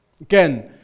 Again